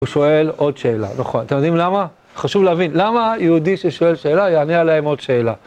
הוא שואל עוד שאלה, נכון, אתם יודעים למה? חשוב להבין, למה יהודי ששואל שאלה יענה עליה עם עוד שאלה?